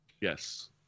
Yes